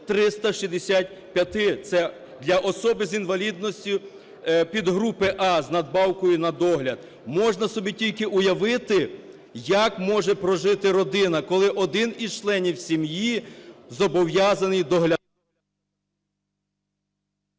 365, це для особи з інвалідністю підгрупи А з надбавкою на догляд. Можна собі тільки уявити, як може прожити родини, коли один із членів сім'ї зобов'язаний доглядати...